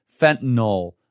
Fentanyl